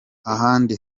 ahandi